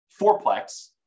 fourplex